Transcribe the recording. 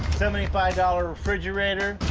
seventy five dollars refrigerator.